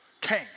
King